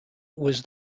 was